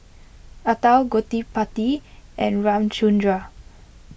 Atal Gottipati and Ramchundra